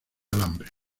alambre